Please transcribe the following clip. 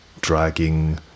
dragging